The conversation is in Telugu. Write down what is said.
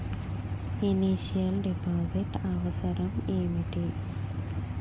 ఇనిషియల్ డిపాజిట్ అవసరం ఏమిటి?